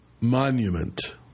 Monument